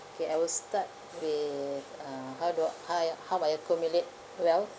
okay I'll start with uh how do I how I how I accumulate wealth